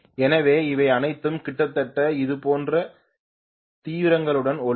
எனவே அவை அனைத்தும் கிட்டத்தட்ட இதேபோன்ற தீவிரங்களுடன் ஒளிரும்